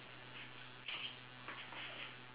that means you got two big and one small you know mine